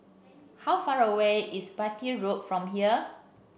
how far away is Bartley Road from here